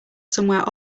somewhere